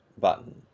button